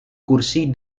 kursi